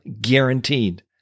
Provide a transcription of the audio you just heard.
guaranteed